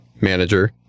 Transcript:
manager